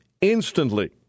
instantly